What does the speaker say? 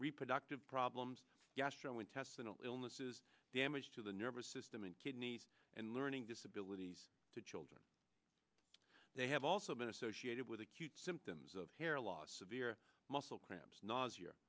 reproductive problems gastrointestinal illnesses damage to the nervous system and kidneys and learning disabilities to children they have also been associated with acute symptoms of hair loss severe muscle cramps n